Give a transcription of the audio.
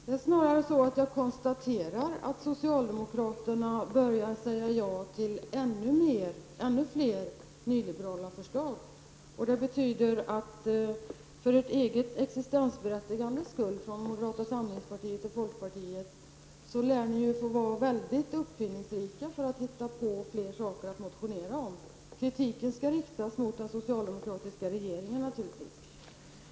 Det är snarare så att jag konstaterar att socialdemokraterna börjar säga ja till ännu fler nyliberala förslag, och det betyder att ni i moderata samlingspartiet och folkpartiet för ert eget existensberättigandes skull lär få vara mycket uppfinningsrika för att hitta på fler saker att motionera om. Kritiken skall naturligtvis riktas mot den socialdemokratiska regeringen.